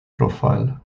profile